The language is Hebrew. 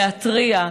להתריע,